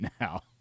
now